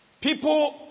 people